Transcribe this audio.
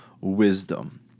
wisdom